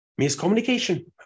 Miscommunication